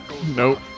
Nope